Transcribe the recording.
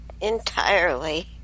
entirely